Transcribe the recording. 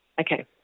okay